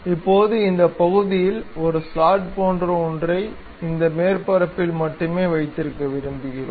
இப்போது இந்த பகுதியில் ஒரு ஸ்லாட் போன்ற ஒன்றை இந்த மேற்பரப்பில் மட்டுமே வைத்திருக்க விரும்புகிறோம்